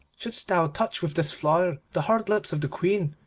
shouldst thou touch with this flower the hard lips of the queen,